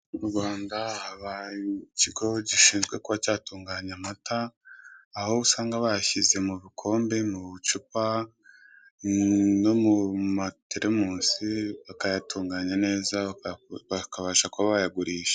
Mu Rwanda haba ikigo gishinzwe kuba cyatunganya amata aho usanga bayashize mu bukombe, bucupa no mu materemusi bakayatunganya neza bakabasha kuba bayagurisha.